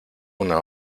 una